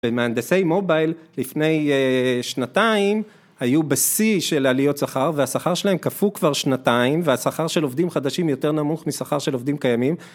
-מהנדסי מובייל, לפני אה... שנתיים, היו בשיא של עליות שכר, והשכר שלהם קפוא כבר שנתיים, והשכר של עובדים חדשים יותר נמוך משכר של עובדים קיימים,